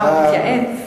אה, מתייעץ.